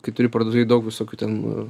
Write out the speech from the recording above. kai turi parduotuvėj daug visokių ten